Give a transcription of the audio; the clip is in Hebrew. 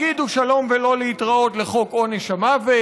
הגידו שלום ולא להתראות לחוק עונש המוות.